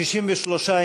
63,